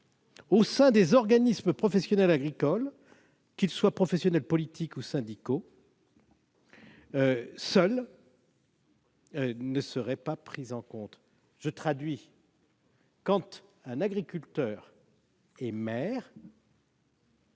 au sein des organismes professionnels agricoles, qu'ils soient professionnels, politiques ou syndicaux, ne seraient pas prises en compte. Je traduis : un agriculteur maire